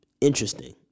Interesting